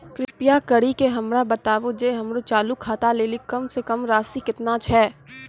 कृपा करि के हमरा बताबो जे हमरो चालू खाता लेली कम से कम राशि केतना छै?